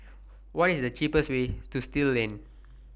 What IS The cheapest Way to Still Lane